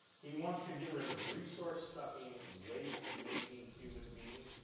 he wants to get rid of resource-sucking, waste-making human beings?